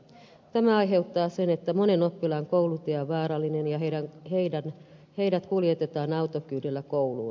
tämä aiheuttaa sen että monien oppilaiden koulutie on vaarallinen ja heidät kuljetetaan autokyydillä kouluun